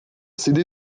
cédé